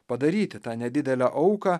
padaryti tą nedidelę auką